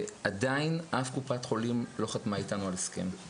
ועדיין אף קופת חולים לא חתמה איתנו על הסכם.